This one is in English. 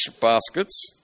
baskets